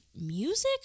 music